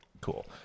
Cool